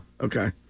Okay